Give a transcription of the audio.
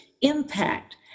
impact